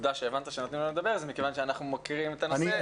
העובדה שהבנת שנותנים לו לדבר זה מכיוון שאנחנו מוקירים את הנושא.